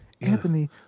Anthony